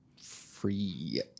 free